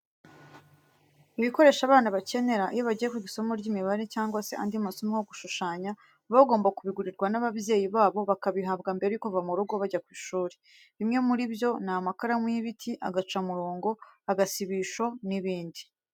Ibikoresho abana bakenera iyo bagiye kwiga isomo ry'imibare cyangwa se andi masomo nko gushushanya, baba bagomba kubigurirwa n'ababyeyi babo bakabihabwa mbere yo kuva mu rugo bajya ku ishuri. Bimwe muri byo ni amakaramu y'ibiti, agacamurongo, agasibisho n'ibindi.